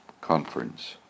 conference